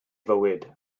fywyd